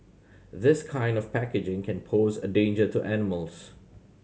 this kind of packaging can pose a danger to animals